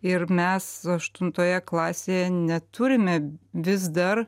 ir mes aštuntoje klasėje neturime vis dar